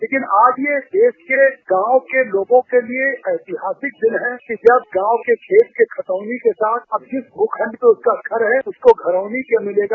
लेकिन आज यह देश के गांव के लोगों के लिए ऐतिहासिक दिन है कि जब गांव के खेत के खतौनी के साथ अब जिस मूखंड पर उसका घर है उसको घरौनी का लाभ मिलेगा